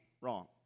Wrong